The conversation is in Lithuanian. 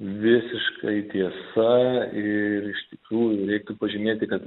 visiškai tiesa ir iš tikrųjų reiktų pažymėti kad